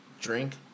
drink